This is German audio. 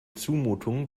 zumutung